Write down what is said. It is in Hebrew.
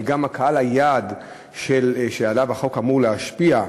וגם קהל היעד שעליו החוק אמור להשפיע,